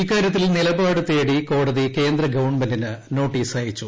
ഇക്കാര്യത്തിൽ നിലപാട് തേടി കോടതി കേന്ദ്രഗവൺമെന്റിന് നോട്ടീസ് അയച്ചു